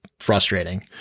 Frustrating